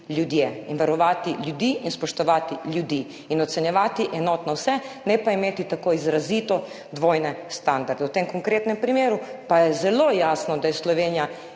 ljudje in varovati ljudi in spoštovati ljudi in ocenjevati enotno vse, ne pa imeti tako izrazito dvojne standarde. V tem konkretnem primeru pa je zelo jasno, da je Slovenija